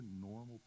normal